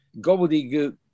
gobbledygook